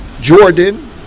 Jordan